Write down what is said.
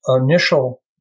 initial